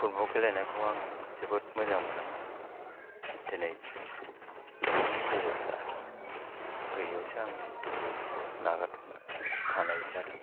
football गेलेनायखौ आङो जोबोद मोजां मोनोमोन दिनै न'खरनि बेबस्था गैयियावसो आं बेफोरखौ नागारथ'ना थानाय जादों